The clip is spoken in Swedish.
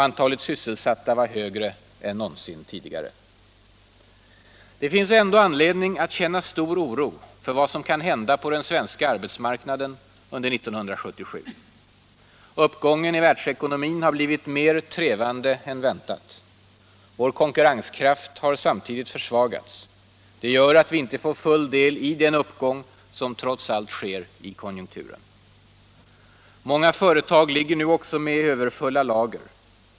Antalet sysselsatta var högre än någonsin tidigare. Det finns ändå anledning att känna stor oro för vad som kan hända på den svenska arbetsmarknaden under 1977. Uppgången i världsekonomin har blivit mer trevande än väntat. Vår konkurrenskraft har samtidigt försvagats. Det gör att vi inte får full del i den uppgång som trots allt sker i konjunkturen. Många företag ligger nu också med överfulla lager.